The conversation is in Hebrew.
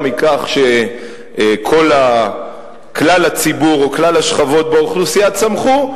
מכך שכלל הציבור או כלל השכבות באוכלוסייה צמחו,